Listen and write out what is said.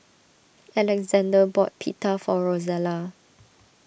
Alexander bought Pita for Rosella